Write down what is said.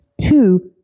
Two